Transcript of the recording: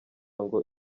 ngo